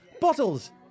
bottles